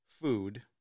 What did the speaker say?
food